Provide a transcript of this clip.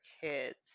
kids